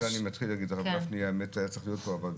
הרב גפני האמת היה צריך להיות פה.